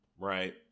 Right